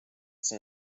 see